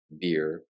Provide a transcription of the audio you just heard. Beer